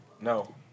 No